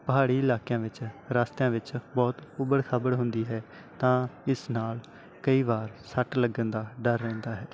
ਪਹਾੜੀ ਇਲਾਕਿਆਂ ਵਿੱਚ ਰਸਤਿਆਂ ਵਿੱਚ ਬਹੁਤ ਉਬੜ ਖਾਬੜ ਹੁੰਦੀ ਹੈ ਤਾਂ ਇਸ ਨਾਲ ਕਈ ਵਾਰ ਸੱਟ ਲੱਗਣ ਦਾ ਡਰ ਰਹਿੰਦਾ ਹੈ